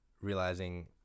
realizing